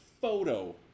photo